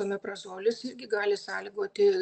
omeprazolis irgi gali sąlygoti